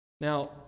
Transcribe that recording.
Now